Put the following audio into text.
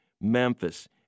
Memphis